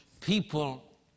people